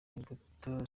imbuto